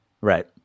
Right